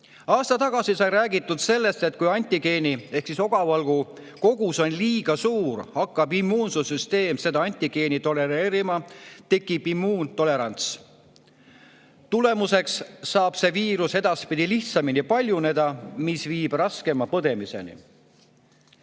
Aasta tagasi sai räägitud sellest, et kui antigeeni ehk ogavalgu kogus on liiga suur, hakkab immuunsussüsteem seda antigeeni tolereerima, tekibki immuuntolerants. Selle tulemusena saab see viirus edaspidi lihtsamini paljuneda, mis viib raskema põdemiseni.